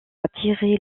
attirer